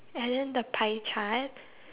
and then the pie chart